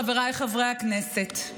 חבריי חברי הכנסת,